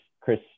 Chris